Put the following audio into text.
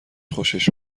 خوشش